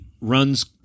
runs